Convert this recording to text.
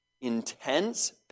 intense